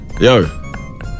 Yo